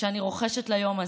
שאני רוחשת ליום זה,